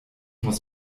muss